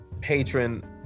patron